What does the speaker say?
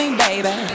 baby